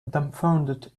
dumbfounded